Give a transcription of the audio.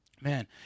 man